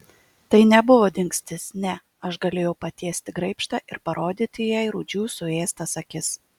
tai nebuvo dingstis ne aš galėjau patiesti graibštą ir parodyti jai rūdžių suėstas akis